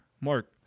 Mark